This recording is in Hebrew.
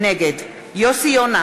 נגד יוסי יונה,